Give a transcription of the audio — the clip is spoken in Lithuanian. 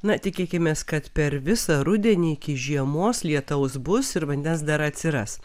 na tikėkimės kad per visą rudenį iki žiemos lietaus bus ir vandens dar atsiras